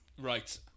Right